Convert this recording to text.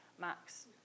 Max